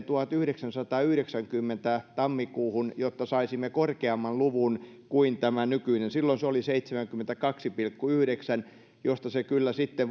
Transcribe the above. tuhatyhdeksänsataayhdeksänkymmentä tammikuuhun jotta saisimme korkeamman luvun kuin tämä nykyinen silloin se oli seitsemänkymmentäkaksi pilkku yhdeksän josta se kyllä sitten